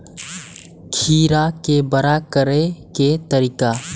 खीरा के बड़ा करे के तरीका?